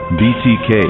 btk